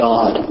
God